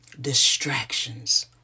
distractions